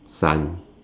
son